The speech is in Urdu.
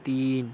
تین